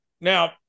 Now